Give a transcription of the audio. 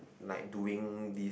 like doing this